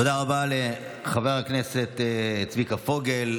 תודה רבה לחבר הכנסת צביקה פוגל.